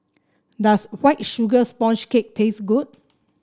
does White Sugar Sponge Cake taste good